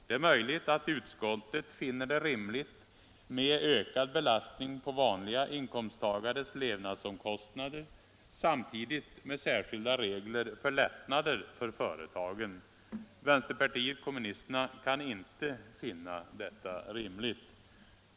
Det är möjligt att utskottet finner det rimligt med ökad belastning på vanliga inkomsttagares levnadsomkostnader samtidigt med särskilda regler för lättnader för företagen. Vänsterpartiet kommunisterna kan inte finna detta rimligt.